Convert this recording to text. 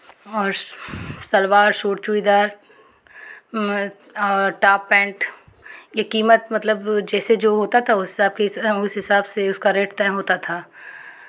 और salwar suit churidar top pant ये कीमत मतलब जैसे जो होता था उस हिसाब के उस हिसाब से उसका रेट तय होता था